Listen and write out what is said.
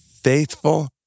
faithful